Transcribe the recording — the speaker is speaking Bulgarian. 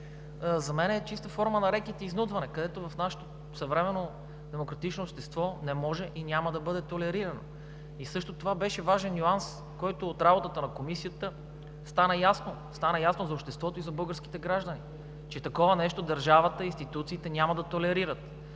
за мен е чиста форма на рекет и изнудване, което в нашето съвременно, демократично общество не може и няма да бъде толерирано. Също това беше важен нюанс, който от работата на Комисията стана ясно, стана ясно за обществото и за българските граждани, че такова нещо държавата, институциите няма да толерират.